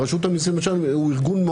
ים שממילא גם החוק מצמצם אותם וגם אנחנו